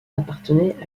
appartenait